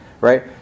Right